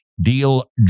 deal